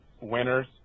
winners